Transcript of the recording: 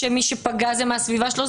מי שפגע זה מהסביבה שלו,